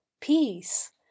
Peace